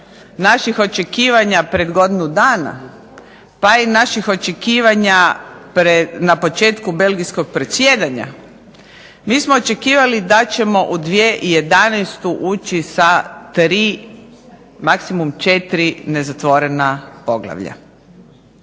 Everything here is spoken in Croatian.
naših očekivanja pred godinu dana pa i naših očekivanja na početku belgijskog predsjedanja mi smo očekivali da ćemo u 2011. ući sa 3, maksimum 4, nezatvorena poglavlja.